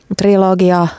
trilogia